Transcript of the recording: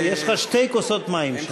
יש לך שתי כוסות מים.